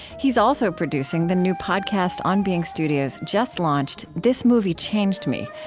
he's also producing the new podcast on being studios just launched, this movie changed me,